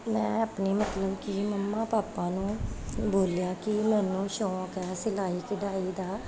ਮੈਂ ਆਪਣੇ ਮਤਲਬ ਕਿ ਮਮਾ ਪਾਪਾ ਨੂੰ ਬੋਲਿਆ ਕਿ ਮੈਨੂੰ ਸ਼ੌਂਕ ਹੈ ਸਿਲਾਈ ਕਢਾਈ ਦਾ